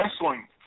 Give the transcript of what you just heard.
wrestling